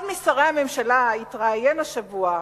אחד משרי הממשלה התראיין השבוע,